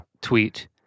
tweet